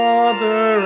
Father